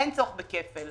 אין צורך בכפל.